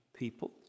people